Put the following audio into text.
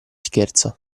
scherza